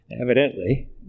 Evidently